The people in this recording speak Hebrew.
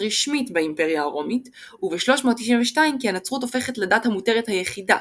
רשמית באימפריה הרומית וב-392 כי הנצרות הופכת לדת המותרת היחידה,